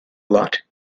lot